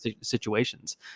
situations